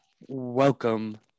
Welcome